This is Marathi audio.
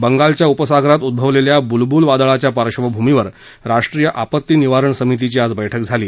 बंगालच्या उपसागरात उद्भवणाऱ्या बुलबुल वादळाच्या पार्श्वभूमीवर राष्ट्रीय आपत्ती निवारण समितीची आज बर्क्क झाली